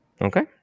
Okay